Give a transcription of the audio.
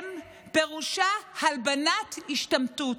שלם פירושה הלבנת השתמטות.